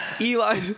Eli